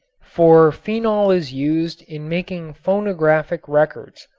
for phenol is used in making phonographic records.